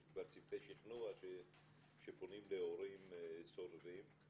יש כבר צוותי שכנוע שפונים להורים סוררים,